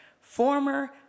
former